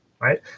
Right